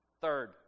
Third